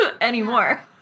anymore